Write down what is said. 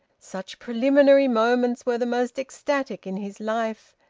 such preliminary moments were the most ecstatic in his life,